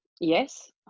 yes